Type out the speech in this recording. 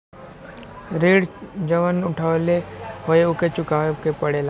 ऋण जउन उठउले हौ ओके चुकाए के पड़ेला